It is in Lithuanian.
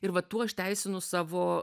ir vat tuo aš teisinu savo